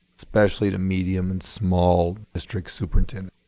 especially to medium and small district superintendent.